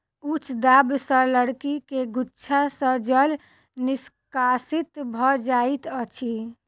उच्च दाब सॅ लकड़ी के गुद्दा सॅ जल निष्कासित भ जाइत अछि